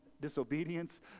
disobedience